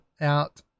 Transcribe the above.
out